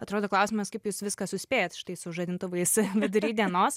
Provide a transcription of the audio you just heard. atrodo klausimas kaip jūs viską suspėjat štai su žadintuvais vidury dienos